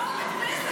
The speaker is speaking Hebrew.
--- פה בכנסת.